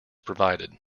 provided